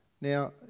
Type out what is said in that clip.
Now